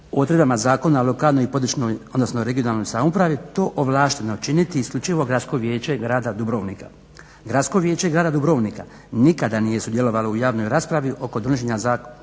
odredbama Zakona o lokalnoj i područnoj odnosno regionalnoj samoupravi to ovlašteno činiti isključivo gradsko vijeće grada Dubrovnika, gradsko vijeće grada Dubrovnika nikada nije sudjelovalo u javnoj raspravi oko donošenja zakona